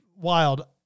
wild